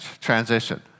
transition